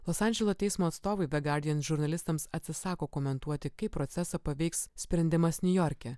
los andželo teismo atstovai the guardian žurnalistams atsisako komentuoti kaip procesą paveiks sprendimas niujorke